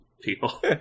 people